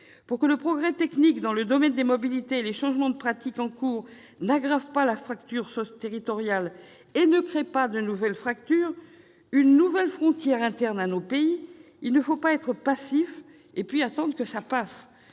Pour que le progrès technique dans le domaine des mobilités et les changements de pratiques en cours n'aggravent pas les fractures territoriales et ne créent pas une nouvelle fracture, une nouvelle frontière interne à notre pays, il ne faut pas être passifs et « attendre que ça se